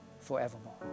forevermore